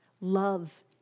Love